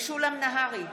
משולם נהרי,